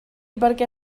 perquè